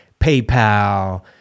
PayPal